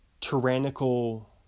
tyrannical